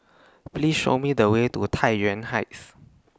Please Show Me The Way to Tai Yuan Heights